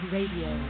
Radio